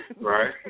Right